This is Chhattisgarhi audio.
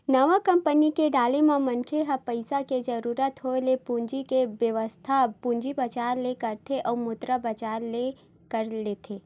नवा कंपनी के डाले म मनखे ह पइसा के जरुरत होय ले पूंजी के बेवस्था पूंजी बजार ले करथे अउ मुद्रा बजार ले कर लेथे